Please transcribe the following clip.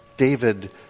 David